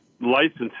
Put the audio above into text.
licenses